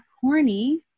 Corny